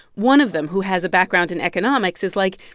one of them, who has a background in economics, is like,